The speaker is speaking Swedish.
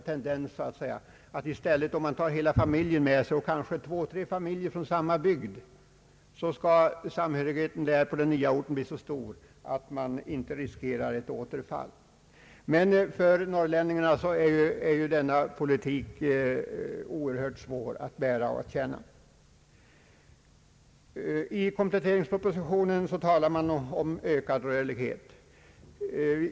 Om man flyttar en hel familj eller två—tre familjer från samma bygd, hoppas men att samhörigheten skall bli så stor att man inte riskerar en återflyttning. Men för norrlänningarna som blir kvar är ju denna politik oerhört svår att bära. I kompletteringspropositionen talar man om ökad rörlighet.